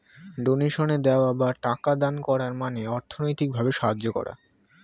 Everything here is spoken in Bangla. ডোনেশনে দেওয়া বা টাকা দান করার মানে অর্থনৈতিক ভাবে সাহায্য করা